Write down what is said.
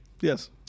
Yes